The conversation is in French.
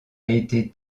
été